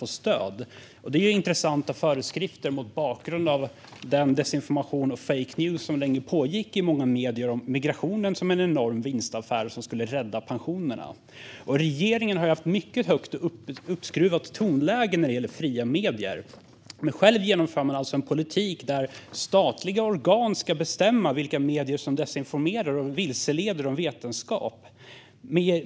Det är intressanta föreskrifter mot bakgrund av den desinformation och de fake news som förekom i många medier om migrationen som en enorm vinstaffär som skulle rädda pensionerna. Regeringen har haft ett mycket högt uppskruvat tonläge när det gäller fria medier. Men själv driver man alltså en politik som går ut på att statliga organ ska bestämma vilka medier som desinformerar och vilseleder om vetenskap.